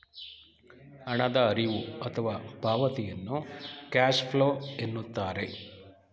ಹಣದ ಹರಿವು ಅಥವಾ ಪಾವತಿಯನ್ನು ಕ್ಯಾಶ್ ಫ್ಲೋ ಎನ್ನುತ್ತಾರೆ